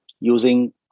using